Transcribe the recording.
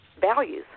values